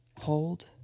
hold